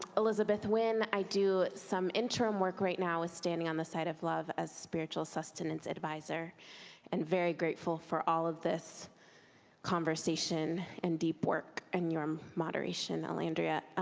elizabeth winn. i do some interim work right now withstanding on the side of love as spiritual sustenance sustenance advisor and very grateful for all of this conversation and deep work and your moderation, elandria.